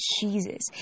Jesus